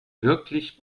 wirklich